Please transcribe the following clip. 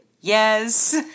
Yes